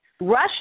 Russia